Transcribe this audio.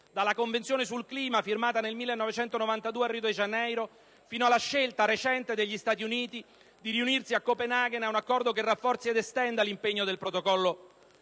dalla Convenzione sul clima firmata nel 1992 a Rio de Janeiro, fino alla scelta recente degli Stati Uniti di riunirsi a Copenaghen per un accordo che rafforzi ed estenda l'impegno del Protocollo